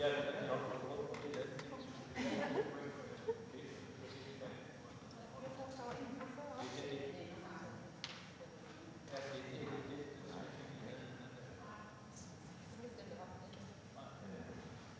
Hvad er det for